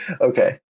Okay